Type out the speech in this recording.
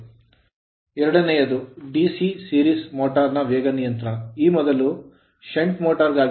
ಎರಡನೆಯದು DC series motor ಸರಣಿ motor ನ ವೇಗ ನಿಯಂತ್ರಣ ಈ ಮೊದಲು ಅದು shunt motor ಷಂಟ್ ಮೋಟರ್ ಗಾಗಿತ್ತು